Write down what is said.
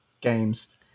games